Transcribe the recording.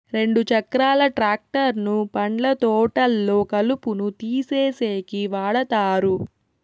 రెండు చక్రాల ట్రాక్టర్ ను పండ్ల తోటల్లో కలుపును తీసేసేకి వాడతారు